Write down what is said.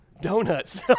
Donuts